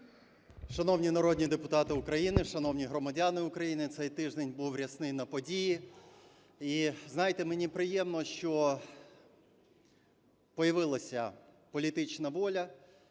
Шановні народні депутати України, шановні громадяни України! Цей тиждень був рясний на події. І, знаєте, мені приємно, що появилася політична воля